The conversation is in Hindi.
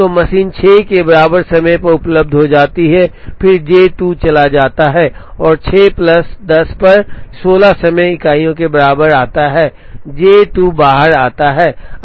तो मशीन 6 के बराबर समय पर उपलब्ध हो जाती है और फिर J 2 चला जाता है और 6 प्लस 10 पर 16 समय इकाइयों के बराबर आता है J 2 बाहर आता है